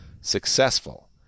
successful